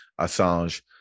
assange